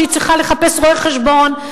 שהיא צריכה לחפש רואה-חשבון,